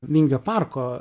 vingio parko